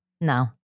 no